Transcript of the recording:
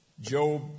Job